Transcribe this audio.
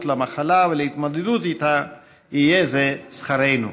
למחלה ולהתמודדות איתה יהיה זה שכרנו.